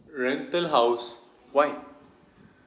rental house why